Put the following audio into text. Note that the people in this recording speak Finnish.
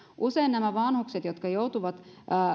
usein nämä vanhukset jotka joutuvat